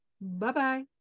Bye-bye